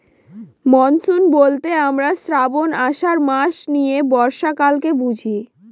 monsoon বলতে আমরা শ্রাবন, আষাঢ় মাস নিয়ে বর্ষাকালকে বুঝি